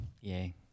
Yay